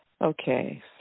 Okay